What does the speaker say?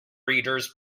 readers